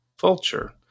vulture